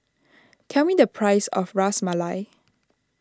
tell me the price of Ras Malai